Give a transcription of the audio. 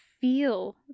feel